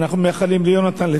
ומאחלים ליונתן,